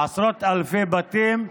עשרות אלפי בתים,